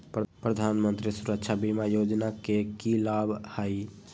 प्रधानमंत्री सुरक्षा बीमा योजना के की लाभ हई?